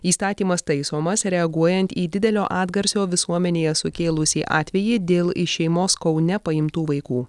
įstatymas taisomas reaguojant į didelio atgarsio visuomenėje sukėlusį atvejį dėl iš šeimos kaune paimtų vaikų